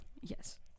yes